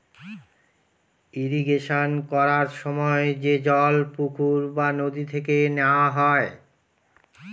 irrigation করার সময় যে জল পুকুর বা নদী থেকে নেওয়া হয়